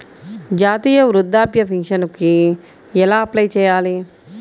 జాతీయ వృద్ధాప్య పింఛనుకి ఎలా అప్లై చేయాలి?